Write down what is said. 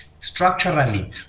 structurally